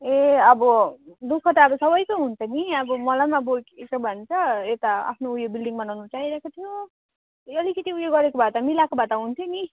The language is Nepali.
ए अब दुखः त अब सबैको हुन्छ नि अब मलाई पनि अब यसो भन्छ यता आफ्नो ऊ यो बिल्डिङ बनाउनु चाहिरहेको थियो ए अलिकति ऊ यो गरेको भात मिलाएको भए त हुन्थ्यो नि